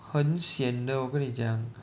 很 sian 的我跟你讲